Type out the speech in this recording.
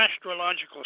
astrological